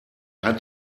hat